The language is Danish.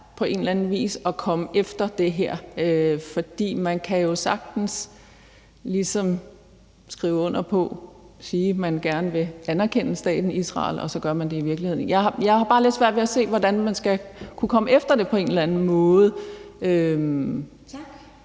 på en anden vis at komme efter det her, fordi man jo sagtens kan skrive under på og sige, at man gerne vil anerkende staten Israel, og så gør man det i virkeligheden ikke. Jeg har bare lidt svært ved at se, hvordan vi skal kunne komme efter det på en eller anden måde. Kl.